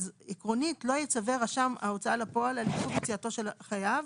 אז עקרונית לא יצווה רשם ההוצאה לפועל על עיכוב יציאתו של החייב,